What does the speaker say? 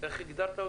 איך הגדרת אותו?